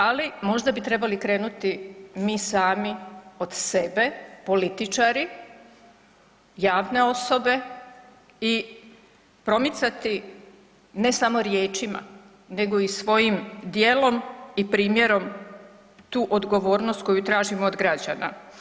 Ali možda bi trebali krenuti mi sami od sebe političari, javne osobe i promicati ne samo riječima nego i svojim djelom i primjerom tu odgovornost koju tražimo od građana.